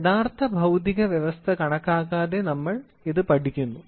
യഥാർത്ഥ ഭൌതിക വ്യവസ്ഥ കണക്കാക്കാതെ നമ്മൾ ഇത് പഠിക്കുന്നു